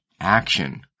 action